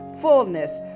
fullness